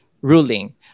ruling